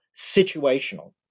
situational